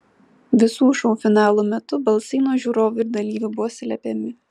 visų šou finalų metu balsai nuo žiūrovų ir dalyvių buvo slepiami